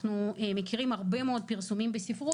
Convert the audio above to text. אנחנו מכירים הרבה מאוד פרסומים בספרות